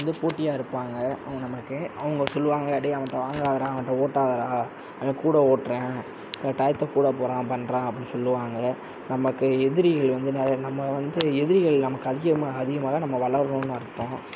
வந்து போட்டியாயிருப்பாங்க அவங்க நமக்கு அவங்க சொல்லுவாங்க அடே அவன்கிட்ட வாங்காதேடா அவன்கிட்ட ஓட்டாதேடா அவன்கூட ஓட்டுறேன் க டயத்தை கூட போகிறான் பண்ணுறான் அப்புடின்னு சொல்லுவாங்க நமக்கு எதிரிகள் வந்து நிறைய நம்ம வந்து எதிரிகள் நமக்கு அதிகமாக அதிகமாக நம்ம வளர்றோம்னு அர்தோம்